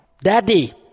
Daddy